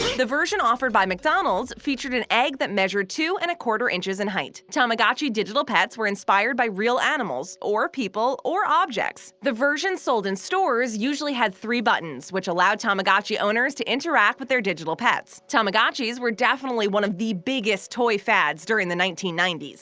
the version offered by mcdonald's featured an egg that measured two and a quarter inches in height. tamagotchi digital pets were inspired by real animals, or people, or objects. the versions sold in stores usually had three buttons which allowed tamagotchi owners to interact with but their digital pets. tamagotchis were definitely one of the biggest toy fads during the nineteen ninety s.